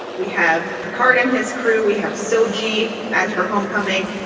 we have picard and his crew. we have so g as her homecoming.